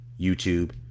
YouTube